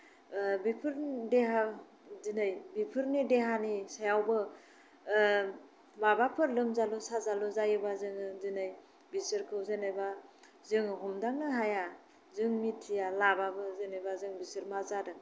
बेफोर देहा दिनै बेफोरनि देहानि सायावबो माबाफोर लोमजालु साजालु जायोबा जोङो बिदिनो बिसोरखौ जेनेबा जोङो हमदांनो हाया जों मिथिया लाबाबो जेनेबा जों बिसोर मा जादों